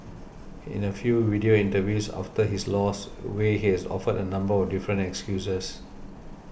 in a few video interviews after his loss Wei has offered a number of different excuses